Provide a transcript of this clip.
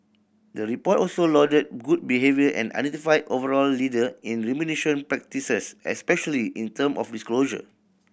the report also lauded good behaviour and identified overall leader in remuneration practices especially in term of disclosure